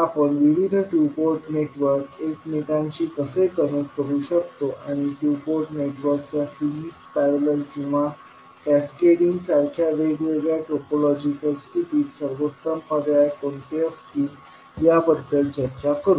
आपण विविध two port network एकमेकांशी कसे कनेक्ट करू शकतो आणि टू पोर्ट नेटवर्कच्या सिरीज पॅरलल किंवा कॅस्केडिंग सारख्या वेगवेगळ्या टोपोलॉजिकल स्थितीत सर्वोत्तम पर्याय कोणते असतील याबद्दल चर्चा करू